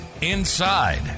inside